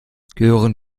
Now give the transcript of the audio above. gehören